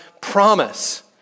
promise